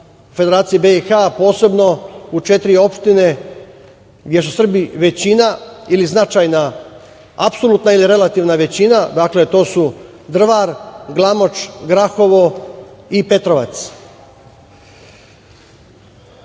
Federaciji BiH, a posebno u četiri opštine gde su Srbi većina ili značajna apsolutna ili relativna većina. Dakle, to su Drvar, Glamoč, Grahovo i Petrovac. Srpski